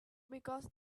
because